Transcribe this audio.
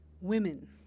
women